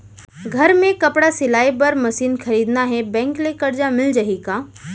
घर मे कपड़ा सिलाई बार मशीन खरीदना हे बैंक ले करजा मिलिस जाही का?